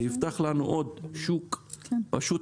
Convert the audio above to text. זה יפתח לנו עוד שוק ענק.